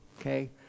okay